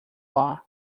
law